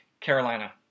Carolina